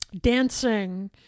dancing